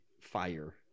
fire